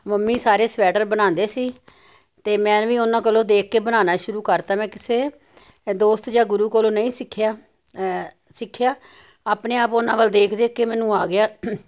mummy ਸਾਰੇ sweater ਬਣਾਉਂਦੇ ਸੀ ਅਤੇ ਮੈਂ ਵੀ ਉਨ੍ਹਾਂ ਕੋਲੋਂ ਦੇਖ ਕੇ ਬਨਾਉਣਾ ਸ਼ੁਰੂ ਕਰ ਤਾ ਮੈਂ ਕਿਸੇ ਦੋਸਤ ਜਾਂ ਗੁਰੂ ਕੋਲੋਂ ਨਹੀਂ ਸਿੱਖਿਆ ਸਿੱਖਿਆ ਆਪਣੇ ਆਪ ਉਨ੍ਹਾਂ ਵੱਲ ਦੇਖ ਦੇਖ ਕੇ ਮੈਨੂੰ ਆ ਗਿਆ